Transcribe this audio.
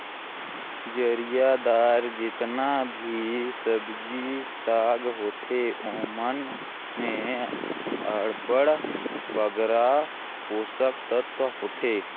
जरियादार जेतना भी सब्जी साग होथे ओमन में अब्बड़ बगरा पोसक तत्व होथे